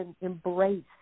embrace